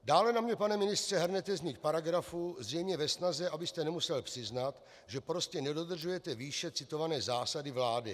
Dále na mě, pane ministře, hrnete změť paragrafů zřejmě ve snaze, abyste nemusel přiznat, že prostě nedodržujete výše citované zásady vlády.